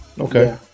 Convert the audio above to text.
okay